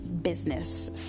Business